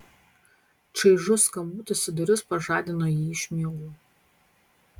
čaižus skambutis į duris pažadino jį iš miegų